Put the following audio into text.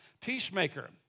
Peacemaker